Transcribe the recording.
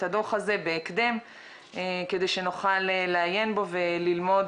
הדוח הזה בהקדם כדי שנוכל לעיין בו וללמוד